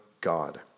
God